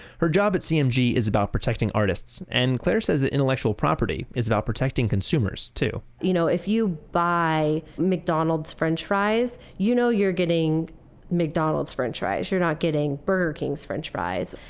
her job at cmg is about protecting artists. and clare says that intellectual property is about protecting consumers, too you know if you buy mcdonald's french fries, you know you're getting mcdonald's french fries. you're not getting burger king's french fries.